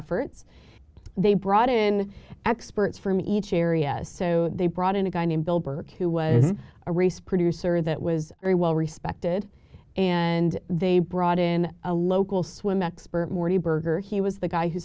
efforts they brought in experts from each area so they brought in a guy named bill burke who was a race producer that was very well respected and they brought in a local swim expert morty berger he was the guy who